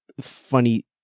funny